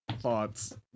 Thoughts